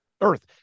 Earth